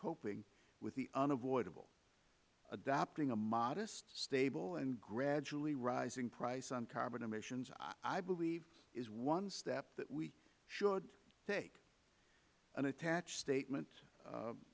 coping with the unavoidable adopting a modest stable and gradually rising price on carbon emissions i believe is one step that we should take an attached statement